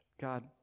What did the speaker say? God